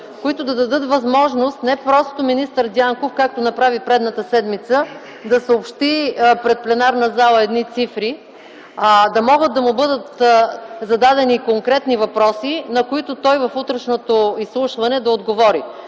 които да дадат възможност не просто министър Дянков, както направи предната седмица, да съобщи едни цифри пред пленарната зала, а да могат да му бъдат зададени конкретни въпроси, на които той в утрешното изслушване да отговори.